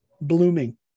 blooming